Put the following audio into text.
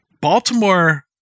Baltimore